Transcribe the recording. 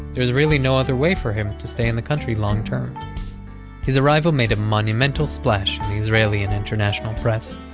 there was really no other way for him to stay in the country long-term his arrival made a monumental splash in the israeli and international press.